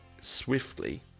swiftly